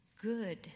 good